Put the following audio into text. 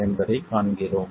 என்பதைக் காண்கிறோம்